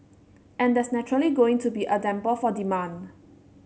and that's naturally going to be a damper for demand